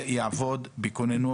אחד בצפון,